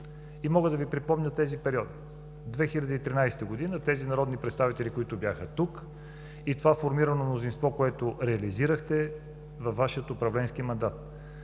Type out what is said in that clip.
и мога да Ви припомня тези периоди – в 2013 г., тези народни представители, които бяха тук и това формирано мнозинство, което реализирахте във Вашия управленски мандат.